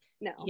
no